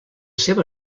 seva